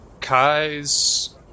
Kai's